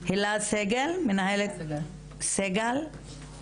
אני רוצה להדגיש, שכמו שסיפרתם לי בשיחה המקדימה,